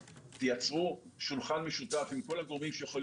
תייצרו שולחן משותף עם כל הגורמים שיכול